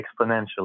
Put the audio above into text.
exponentially